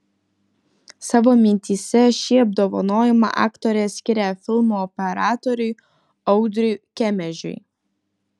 savo mintyse šį apdovanojimą aktorė skiria filmo operatoriui audriui kemežiui